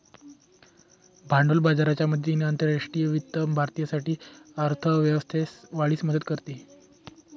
भांडवल बाजाराच्या मदतीने आंतरराष्ट्रीय वित्त भारतासाठी अर्थ व्यवस्थेस वाढीस मदत करते